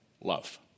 love